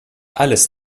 alles